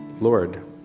Lord